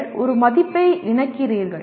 நீங்கள் ஒரு மதிப்பை இணைக்கிறீர்கள்